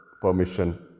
permission